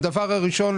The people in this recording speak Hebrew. הדבר הראשון,